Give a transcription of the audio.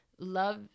love